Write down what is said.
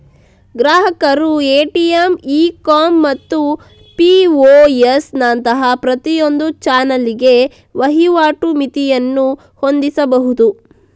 ಗ್ರಾಹಕರು ಎ.ಟಿ.ಎಮ್, ಈ ecom POS ನಂತಹ ಪ್ರತಿಯೊಂದು ಚಾನಲಿಗೆ ವಹಿವಾಟು ಮಿತಿಯನ್ನು ಹೊಂದಿಸಬಹುದು